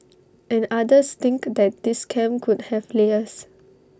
and others think that this scam could have layers